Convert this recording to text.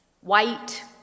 white